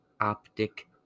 optic